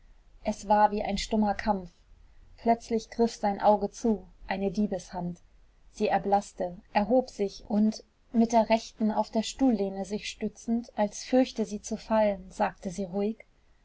es war wie ein stummer kampf plötzlich griff sein auge zu eine diebeshand sie erblaßte erhob sich und mit der rechten auf der stuhllehne sich stützend als fürchte sie zu fallen sagte sie ruhig